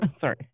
Sorry